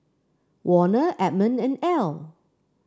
Warner Edmond and Ell